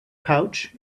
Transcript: pouch